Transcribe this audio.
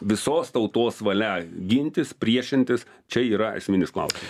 visos tautos valia gintis priešintis čia yra esminis klausimas